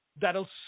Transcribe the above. that'll